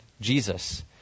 Jesus